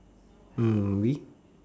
mm